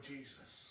Jesus